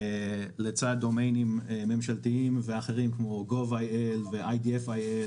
לצד דומיינים ממשלתיים ואחרים כמו gov.il ו-idf.il